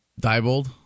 Diebold